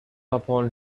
upon